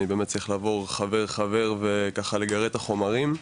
אני צריך באמת לעבור חבר חבר וככה לגרד את החומרים.